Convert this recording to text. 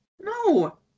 No